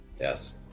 Yes